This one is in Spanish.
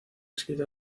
escrito